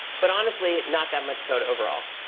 but honestly, not that much code overall.